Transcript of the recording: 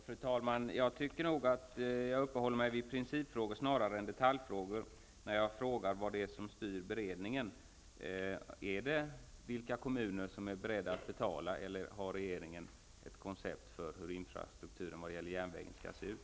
Fru talman! Jag tycker nog att jag uppehåller mig vid principfrågor snarare än vid detaljfrågor när jag frågar vad som styr beredningen. Är det vilka kommuner som är beredda att betala, eller har regeringen ett koncept för hur infrastrukturen vad gäller järnvägen skall se ut?